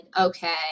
okay